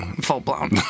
Full-blown